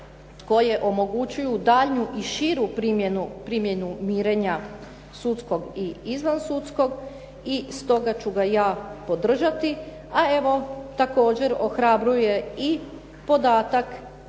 koje omogućuju daljnju i širu primjenu mirenja sudskog i izvansudskog i stoga ću ga ja podržati, a evo, također ohrabruje i podatak